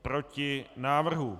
Proti návrhu.